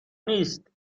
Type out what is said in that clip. نیست